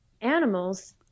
animals